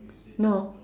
no